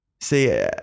See